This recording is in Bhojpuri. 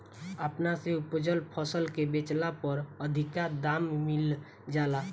अपना से उपजल फसल के बेचला पर अधिका दाम मिल जाला